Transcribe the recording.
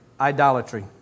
idolatry